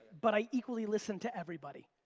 but i equally listen to everybody.